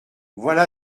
voilà